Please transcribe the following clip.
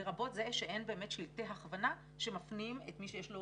לרבות זה שאין באמת שלטי הכוונה שמפנים את מי שיש לו